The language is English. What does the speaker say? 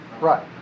Right